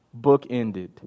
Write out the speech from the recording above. bookended